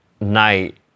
night